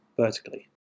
vertically